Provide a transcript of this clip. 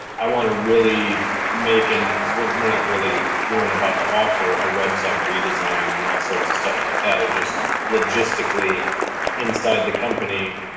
i want to really make an cause we're, we're not really, we were in about to offer a website redesign and all sorts of stuff like that. it just logistically inside the company,